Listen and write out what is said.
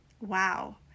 wow